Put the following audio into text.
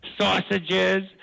Sausages